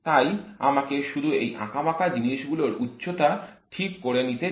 তাই আমাকে শুধু এই আঁকাবাঁকা জিনিসগুলোর উচ্চতা ঠিক করে নিতে দিন